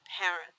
parent